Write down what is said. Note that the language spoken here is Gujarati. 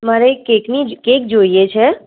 મારે કેકની કેક જોઈએ છે